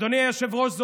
אדוני היושב-ראש,